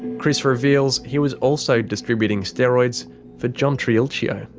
chris reveals he was also distributing steroids for john triulcio.